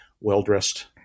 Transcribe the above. well-dressed